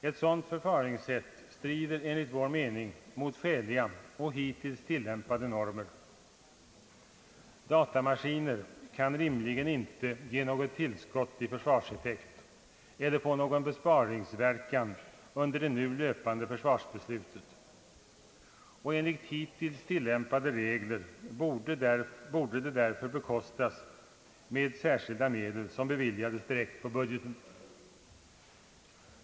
Ett sådant förfaringssätt strider enligt vår mening mot skäliga och hittills tillämpade normer. Datamaskiner kan rimligen inte ge något tillskott i försvarseffekt eller få någon besparingsverkan under det nu löpande försvarsbeslutet. Enligt hittills tillämpade regler borde datamaskinerna därför bekostas med särskilda medel som beviljades direkt på budgeten.